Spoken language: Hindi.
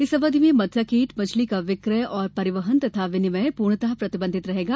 इस अवधि में मत्स्याखेट मछली का विक्रय एवं परिवहन तथा विनियम पूर्णतः प्रतिबंधित रहेगा